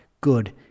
good